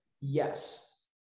Yes